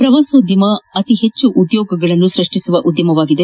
ಪ್ರವಾಸೋದ್ದಮ ಅತಿ ಹೆಚ್ಚು ಉದ್ಯೋಗಗಳನ್ನು ಸೃಜಿಸುವ ಉದ್ದಮವಾಗಿದೆ